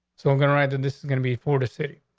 so i'm gonna write that this is gonna be for the city.